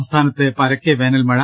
സംസ്ഥാനത്ത് പരക്കെ വേനൽമഴ